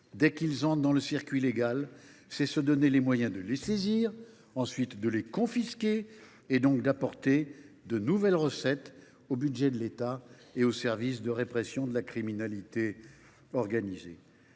dès qu’ils entrent dans le circuit légal, c’est se donner les moyens de les saisir, de les confisquer, donc d’apporter de nouvelles recettes au budget de l’État et au service de la répression de la criminalité.